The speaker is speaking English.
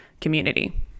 community